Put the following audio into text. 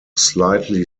slightly